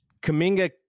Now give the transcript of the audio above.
Kaminga